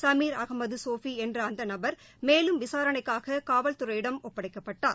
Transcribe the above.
சமீர் அகமது சோஃபி என்ற அந்த நபர் மேலும் விசாரணைக்காக காவல்துறையிடம் ஒப்படைக்கப்பட்டார்